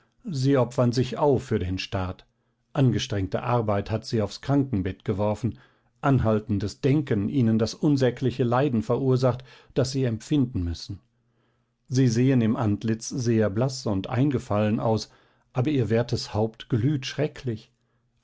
sie opfern sich auf für den staat angestrengte arbeit hat sie aufs krankenbett geworfen anhaltendes denken ihnen das unsägliche leiden verursacht das sie empfinden müssen sie sehen im antlitz sehr blaß und eingefallen aus aber ihr wertes haupt glüht schrecklich